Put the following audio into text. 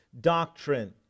doctrine